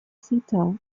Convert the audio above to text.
sitar